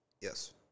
Yes